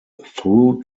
through